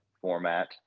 format